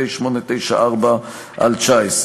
פ/894/19,